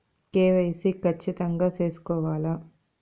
KYC ఖచ్చితంగా సేసుకోవాలా